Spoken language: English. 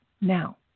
Now